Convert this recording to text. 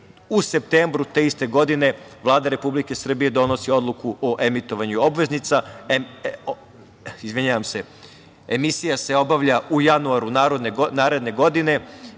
u septembru te iste godine, Vlada Republike Srbije donosi odluku o emitovanju obveznica. Izvinjavam se, emisija se obavlja u januaru naredne godine